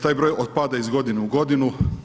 Taj broj pada iz godine u godinu.